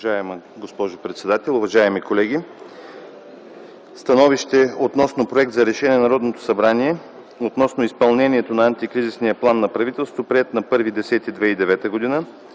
Уважаема госпожо председател, уважаеми колеги! „СТАНОВИЩЕ относно Проект за решение на Народното събрание относно изпълнението на Антикризисния план на правителството, приет на 1.10.2009 г. и